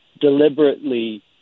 deliberately